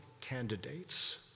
candidates